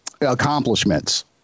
accomplishments